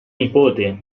nipote